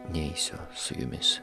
neisiu su jumis